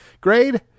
Grade